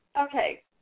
okay